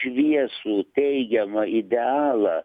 šviesų teigiamą idealą